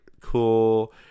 cool